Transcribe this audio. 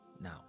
Now